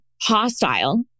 hostile